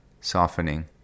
softening